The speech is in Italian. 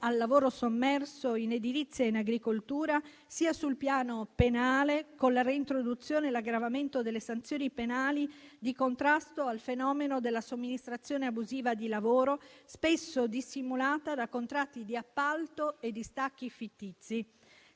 al lavoro sommerso in edilizia e in agricoltura, sia sul piano penale con la reintroduzione e l'aggravamento delle sanzioni penali di contrasto al fenomeno della somministrazione abusiva di lavoro, spesso dissimulata da contratti di appalto e distacchi fittizi.